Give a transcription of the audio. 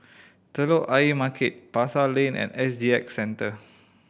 Telok Ayer Market Pasar Lane and S G X Centre